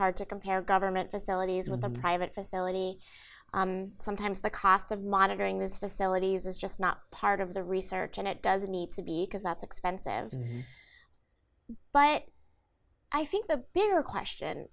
hard to compare government facilities with a private facility sometimes the cost of monitoring these facilities is just not part of the research and it doesn't need to be because that's expensive but i think the bigger question